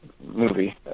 movie